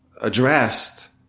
addressed